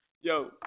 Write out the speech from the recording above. yo